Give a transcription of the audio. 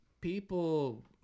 people